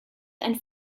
ein